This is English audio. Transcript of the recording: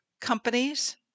companies